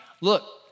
look